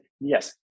yes